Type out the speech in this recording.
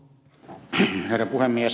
herra puhemies